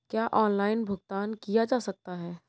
क्या ऑनलाइन भुगतान किया जा सकता है?